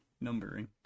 numbering